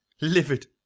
Livid